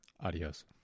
Adios